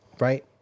Right